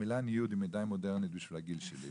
המילה ניוד היא מדי מודרנית בשביל הגיל שלי,